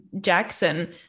Jackson